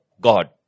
God